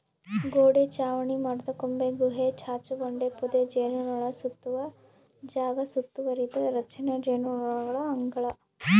ಗೋಡೆ ಚಾವಣಿ ಮರದಕೊಂಬೆ ಗುಹೆ ಚಾಚುಬಂಡೆ ಪೊದೆ ಜೇನುನೊಣಸುತ್ತುವ ಜಾಗ ಸುತ್ತುವರಿದ ರಚನೆ ಜೇನುನೊಣಗಳ ಅಂಗಳ